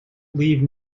leave